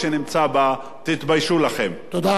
תודה רבה לחבר הכנסת מגלי והבה.